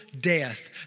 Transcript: death